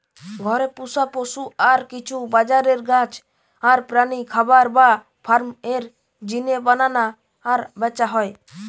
ঘরে পুশা পশু আর কিছু বাজারের গাছ আর প্রাণী খামার বা ফার্ম এর জিনে বানানা আর ব্যাচা হয়